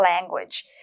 language